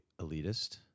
elitist